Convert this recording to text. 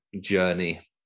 journey